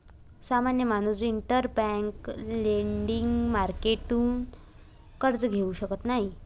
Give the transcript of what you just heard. सामान्य माणूस interbank lending मार्केटतून कर्ज घेऊ शकत नाही